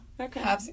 Okay